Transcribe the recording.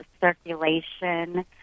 circulation